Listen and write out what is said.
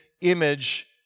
image